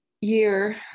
year